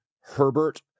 Herbert